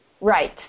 Right